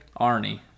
Arnie